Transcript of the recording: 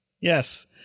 Yes